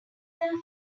their